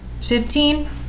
Fifteen